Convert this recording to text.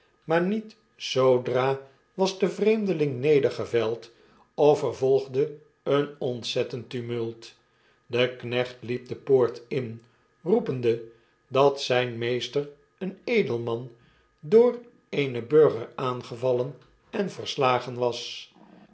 maar niet zoodra was de vreemdeling nedergeveld of er volgde een ontzettend tumult de knecht liep de poort in roepende dat zijn meester een edelman door eenen burger aangevallen en verslagen was